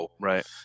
right